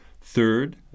Third